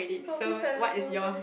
kopi fella no sales